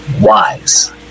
wise